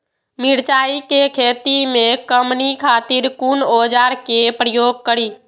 मिरचाई के खेती में कमनी खातिर कुन औजार के प्रयोग करी?